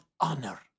honor